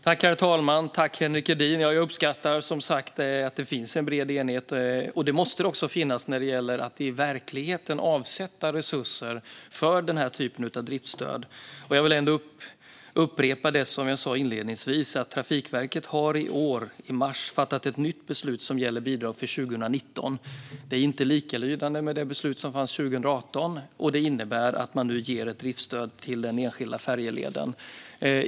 Herr talman! Jag tackar Henrik Edin. Jag uppskattar som sagt att det finns en bred enighet. Det måste det också finnas när det gäller att i verkligheten avsätta resurser för den här typen av driftsstöd. Jag vill ändå upprepa det som jag sa inledningsvis. Trafikverket fattade i mars i år ett nytt beslut som gäller bidrag för 2019. Det är inte likalydande med det beslut som fanns 2018, och det innebär att man nu ger ett driftsstöd till den enskilda färjeleden.